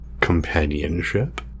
Companionship